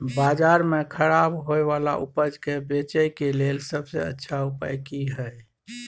बाजार में खराब होय वाला उपज के बेचय के लेल सबसे अच्छा उपाय की हय?